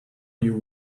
you